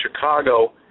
Chicago